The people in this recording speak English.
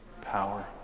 Power